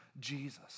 Jesus